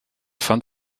fand